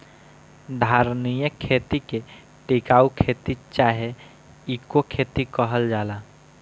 धारणीय खेती के टिकाऊ खेती चाहे इको खेती कहल जाला